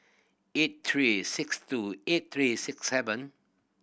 eight three six two eight three six seven